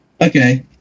Okay